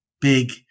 big